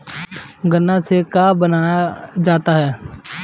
गान्ना से का बनाया जाता है?